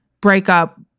breakup